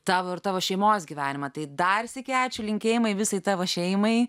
tavo ir tavo šeimos gyvenimą tai dar sykį ačiū linkėjimai visai tavo šeimai